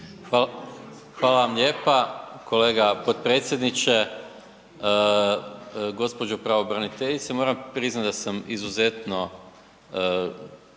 Hvala vam lijepa kolega potpredsjedniče. Gđo. pravobraniteljice, moram priznat da sam izuzetno